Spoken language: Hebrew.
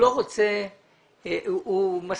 יבואו 20 מיליארד שקלים.